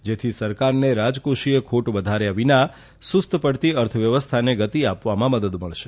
જેથી સરકારને રાજકોષીય ખોટ વધાર્યા વિના સુસ્ત પડતી અર્થવ્યવસ્થાને ગતિ આપવામાં મદદ મળશે